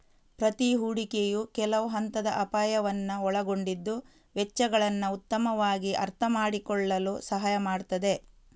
ಪ್ರತಿ ಹೂಡಿಕೆಯು ಕೆಲವು ಹಂತದ ಅಪಾಯವನ್ನ ಒಳಗೊಂಡಿದ್ದು ವೆಚ್ಚಗಳನ್ನ ಉತ್ತಮವಾಗಿ ಅರ್ಥಮಾಡಿಕೊಳ್ಳಲು ಸಹಾಯ ಮಾಡ್ತದೆ